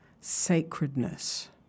sacredness